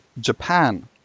Japan